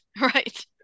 Right